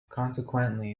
consequently